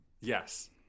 yes